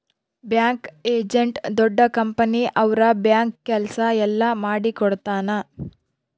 bank agent ದೊಡ್ಡ company ಅವ್ರ bank ಕೆಲ್ಸ ಎಲ್ಲ ಮಾಡಿಕೊಡ್ತನ